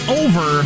over